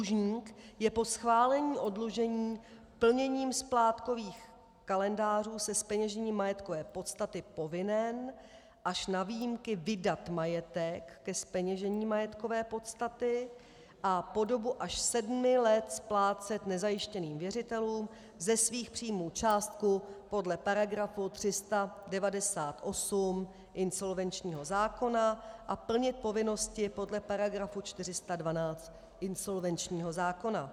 Dlužník je po schválení oddlužení plněním splátkových kalendářů se zpeněžením majetkové podstaty povinen až na výjimky vydat majetek ke zpeněžení majetkové podstaty a po dobu až sedmi let splácet nezajištěným věřitelům ze svých příjmů částku podle § 398 insolvenčního zákona a plnit povinnosti podle § 412 insolvenčního zákona.